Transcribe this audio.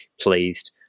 pleased